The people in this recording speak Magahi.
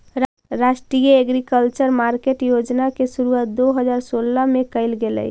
राष्ट्रीय एग्रीकल्चर मार्केट योजना के शुरुआत दो हज़ार सोलह में कैल गेलइ